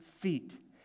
feet